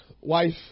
wife